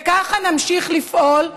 וככה נמשיך לפעול,